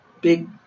big